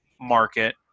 market